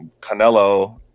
Canelo